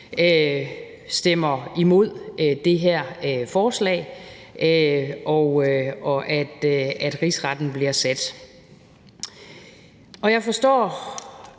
stemmer imod det her forslag og Rigsretten bliver sat. Jeg forstår